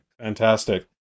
Fantastic